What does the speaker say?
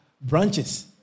branches